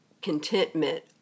contentment